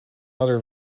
other